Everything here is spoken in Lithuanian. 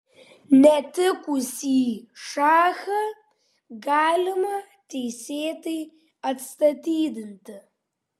netikusį šachą galima teisėtai atstatydinti